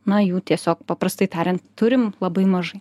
na jų tiesiog paprastai tariant turim labai mažai